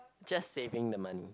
just saving the money